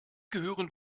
gehören